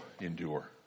endure